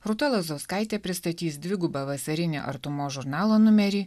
rūta lazauskaitė pristatys dvigubą vasarinį artumos žurnalo numerį